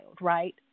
right